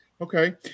Okay